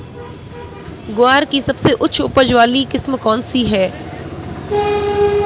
ग्वार की सबसे उच्च उपज वाली किस्म कौनसी है?